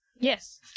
Yes